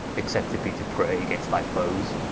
except it be to pray against thy foes